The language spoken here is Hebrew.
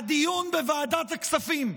הדיון בוועדת הכספים.